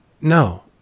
no